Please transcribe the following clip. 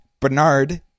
Bernard